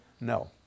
No